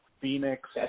Phoenix